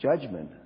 judgment